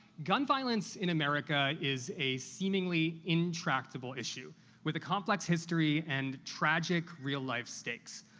gun violence in america is a seemingly intractable issue with a complex history and tragic real-life stakes.